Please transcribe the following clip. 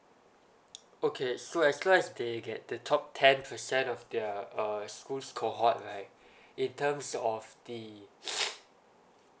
okay so as long as they get the top ten percent their uh schools cohort right in terms of the